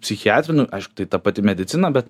psichiatrijoj nu aišku tai ta pati medicina bet